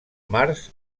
març